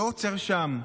הוא לא עוצר שם.